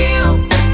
Feel